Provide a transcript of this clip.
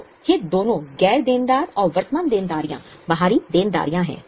तो ये दोनों गैर देनदार और वर्तमान देनदारियां बाहरी देनदारियां हैं